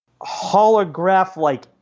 holograph-like